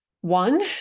One